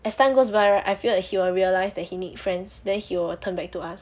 as time goes by right I feel like he will realise that he need friends then he will turn back to us